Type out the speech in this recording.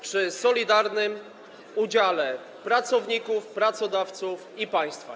przy solidarnym udziale pracowników, pracodawców i państwa.